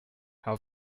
how